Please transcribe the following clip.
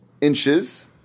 inches